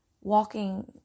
walking